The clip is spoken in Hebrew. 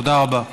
תודה רבה.